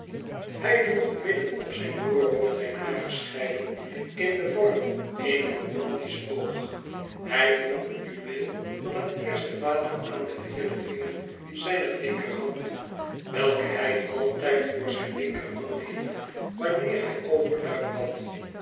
hij droeg midden op zijn voorhoofd zijn haar gescheiden in den vorm eener normandische boog hij droeg een juweel van het eerste water aan den vierden vinger zijner linkerhand welke hij altijd voor zijn linkerwang hield wanneer hij overluid bad